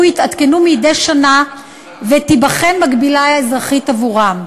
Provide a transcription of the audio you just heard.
יתעדכנו מדי שנה ותיבחן מקבילה אזרחית עבורם.